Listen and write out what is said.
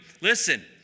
Listen